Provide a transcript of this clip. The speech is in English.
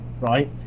right